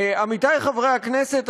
עמיתי חברי הכנסת,